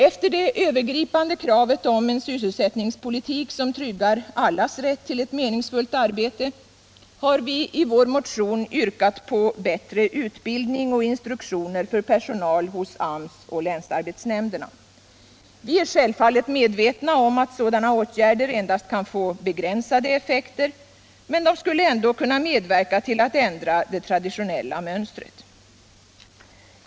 Efter det övergripande kravet om en sysselsättningspolitik som tryggar allas rätt till ett meningsfullt arbete har vi i vår motion yrkat på bättre utbildning och instruktioner för personal hos AMS och länsarbetsnämn 37 derna. Vi är självfallet medvetna om att sådana åtgärder endast kan få begränsade effekter, men de skulle ändå kunna medverka till att ändra det traditionella mönstret.